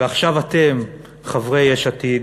ועכשיו אתם, חברי יש עתיד,